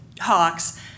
hawks